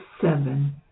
seven